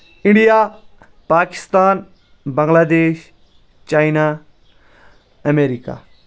India Pakistan Bangladesh China America